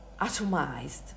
atomized